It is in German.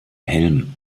helm